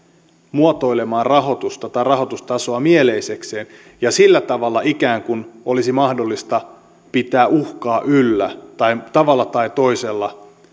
muotoilemaan rahoitusta tai rahoitustasoa mieleisekseen ja sillä tavalla ikään kuin olisi mahdollista pitää uhkaa yllä tai tavalla tai toisella